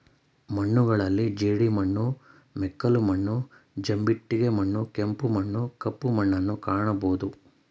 ಮಣ್ಣುಗಳಲ್ಲಿ ಜೇಡಿಮಣ್ಣು, ಮೆಕ್ಕಲು ಮಣ್ಣು, ಜಂಬಿಟ್ಟಿಗೆ ಮಣ್ಣು, ಕೆಂಪು ಮಣ್ಣು, ಕಪ್ಪು ಮಣ್ಣುನ್ನು ಕಾಣಬೋದು